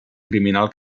criminal